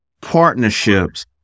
partnerships